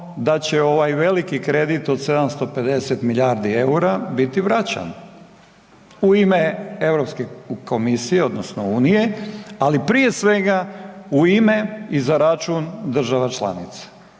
da će ovaj veliki kredit od 750 milijardi EUR-a biti vraćan u ime Europske komisije odnosno unije, ali prije svega u ime i za račun država članica.